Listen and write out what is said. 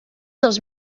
dels